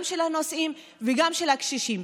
גם של הנוסעים וגם של הקשישים.